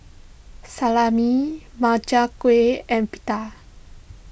Salami Makchang Gui and Pita